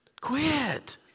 Quit